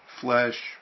flesh